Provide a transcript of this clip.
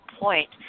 point